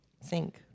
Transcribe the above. sink